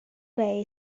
way